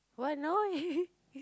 what no